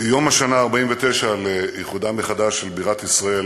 יום השנה ה-49 לאיחודה מחדש של בירת ישראל